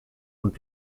und